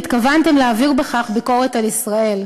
והתכוונתם להעביר בכך ביקורת על ישראל.